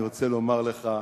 אני רוצה לומר לך,